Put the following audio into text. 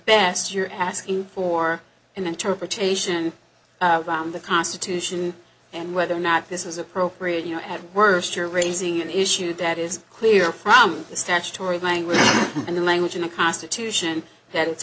best you're asking for an interpretation on the constitution and whether or not this is appropriate you have worse you're raising an issue that is clear from the statutory language and the language in the constitution that it's